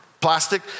plastic